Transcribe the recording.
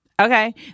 Okay